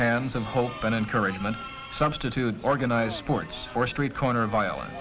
hands of hope and encouragement substitute organized sports or street corner violen